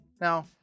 Now